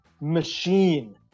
machine